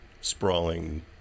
sprawling